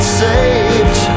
saved